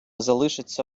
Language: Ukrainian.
залишаться